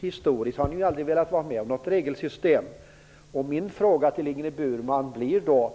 Historiskt sett har ni inte velat ha något regelsystem. Jag ställer då följande fråga till Ingrid Burman.